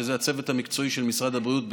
שזה הצוות המקצועי של משרד הבריאות,